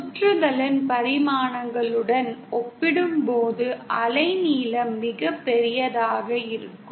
சுற்றுகளின் பரிமாணங்களுடன் ஒப்பிடும்போது அலைநீளம் மிகப் பெரியதாக இருக்கும்